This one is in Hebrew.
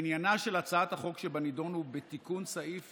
עניינה של הצעת החוק שבנדון הוא בתיקון סעיף